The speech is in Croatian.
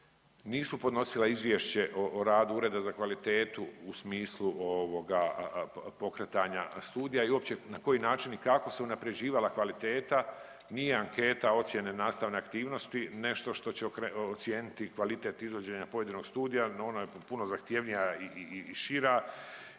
nisu podnosila izvješće o radu ureda za kvalitetu u smislu ovoga pokretanja studija i uopće na koji način i kako se unaprjeđivala kvaliteta, nije anketa ocijene nastavne aktivnosti nešto što će ocijeniti kvalitet izvođenja pojedinog studija, no ona je puno zahtjevnija i šira